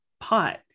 pot